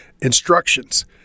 instructions